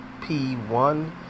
P1